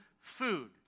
food